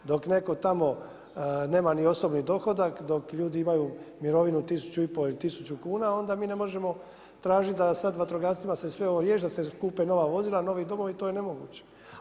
Dok, netko tamo nema ni osobni dohodak, dok ljudi imaju mirovinu 1500, ili 1000 kn, onda mi ne možemo tražiti da sad vatrogascima se sve ovo riješi, da se kupe nova vozila, novi dronovi, to je nemoguće.